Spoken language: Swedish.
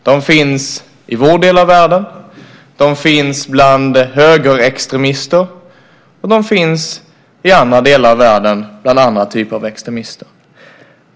De finns i vår del av världen, de finns bland högerextremister och de finns i andra delar av världen och bland andra typer av extremister.